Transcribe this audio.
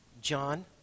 John